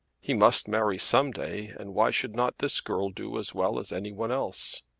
he must marry some day and why should not this girl do as well as any one else?